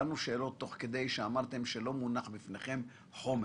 תוך כדי שאמרתם שלא מונח בפניכם חומר